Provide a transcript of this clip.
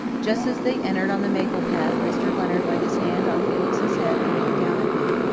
just as they entered on the maple path mr. leonard laid his hand on felix's head and looked down at him.